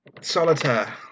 solitaire